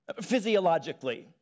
physiologically